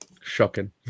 Shocking